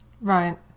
Right